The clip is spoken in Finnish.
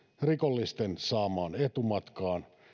rikollisten saamaan etumatkaan